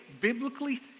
biblically